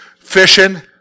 fishing